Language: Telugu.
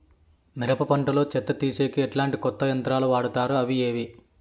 మిరప పంట లో చెత్త తీసేకి ఎట్లాంటి కొత్త యంత్రాలు వాడుతారు అవి ఏవి?